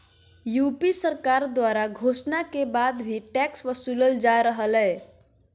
UP सरकार द्वारा घोषणा के बाद भी टैक्स वसूलल जा रहलय